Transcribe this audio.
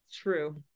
true